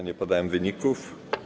Nie podałem wyników.